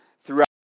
throughout